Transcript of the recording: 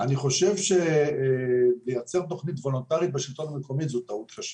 אני חושב שלייצר תוכנית וולונטרית בשלטון המקומי זאת טעות קשה,